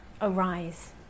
arise